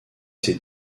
ses